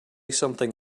something